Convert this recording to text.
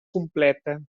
completa